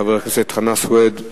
של חבר הכנסת חנא סוייד,